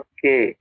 Okay